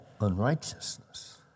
unrighteousness